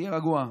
תהיה רגוע,